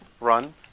run